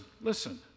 listen